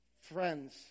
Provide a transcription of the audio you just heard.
friends